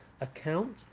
account